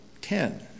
ten